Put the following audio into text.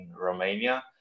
Romania